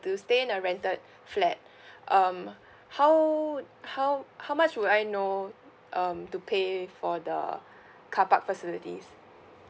to stay in the rented flat um how how how much would I know um to pay for the car park facilities